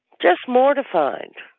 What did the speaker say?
just mortified